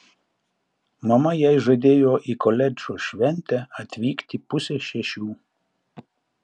mama jai žadėjo į koledžo šventę atvykti pusę šešių